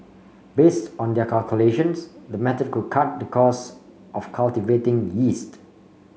based on their calculations the method could cut the cost of cultivating yeast